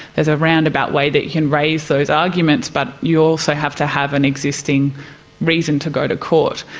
there's a roundabout way that you can raise those arguments, but you also have to have an existing reason to go to court.